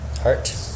heart